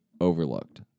overlooked